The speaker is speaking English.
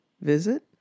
visit